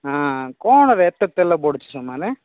ହାଁ କ'ଣରେ ଏତେ ତେଲ ପଡ଼ୁଛି ସମାନେ